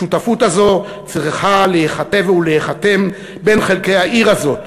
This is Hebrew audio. השותפות הזאת צריכה להיכתב ולהיחתם בין חלקי העיר הזאת: